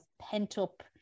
pent-up